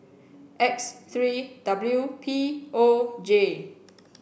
X three W P O J